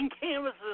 canvases